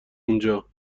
اونجا